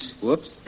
Whoops